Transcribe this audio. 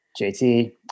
JT